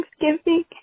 Thanksgiving